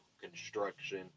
construction